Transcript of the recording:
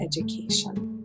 Education